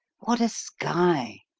what a sky!